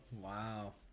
Wow